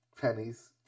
pennies